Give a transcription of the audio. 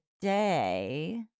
today